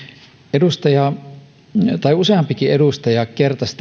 useampikin edustaja kertasi